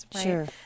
Sure